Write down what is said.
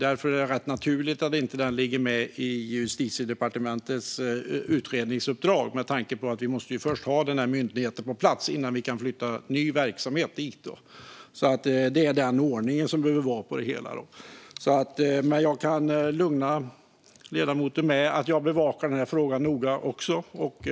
Därför är det rätt naturligt att frågan inte ligger med i Justitiedepartementets utredningsuppdrag. Vi måste först ha denna myndighet på plats innan vi kan flytta ny verksamhet dit. Det är den ordning som behöver vara på det hela. Jag kan lugna ledamoten med att jag också bevakar frågan noga.